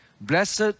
Blessed